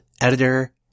editor